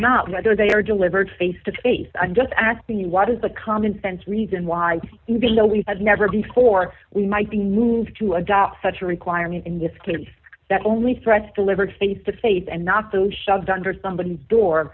not whether they are delivered face to face i'm just asking you what is the commonsense reason why even though we had never before we might be moved to adopt such a requirement and it's clear that only threats delivered face to face and not those shoved under somebody's door